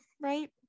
right